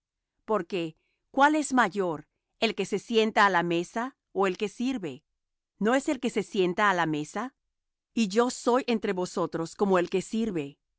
sirve porque cuál es mayor el que se sienta á la mesa ó el que sirve no es el que se sienta á la mesa y yo soy entre vosotros como el que sirve